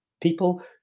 People